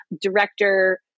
Director